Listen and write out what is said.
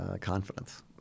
confidence